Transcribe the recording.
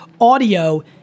Audio